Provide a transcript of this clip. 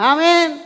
Amen